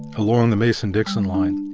a long the mason-dixon line.